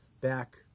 back